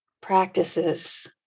practices